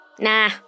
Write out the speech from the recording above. Nah